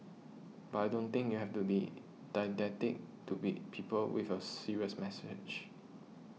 but I don't think you have to be didactic to beat people with a serious message